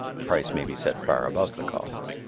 the price may be set far above the cost.